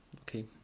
okay